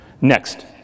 Next